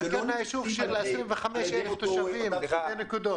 כנא הוא יישוב של 25 אלף תושבים --- אדוני,